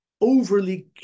overly